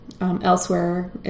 Elsewhere